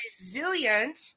resilient